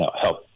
help